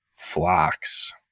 Flocks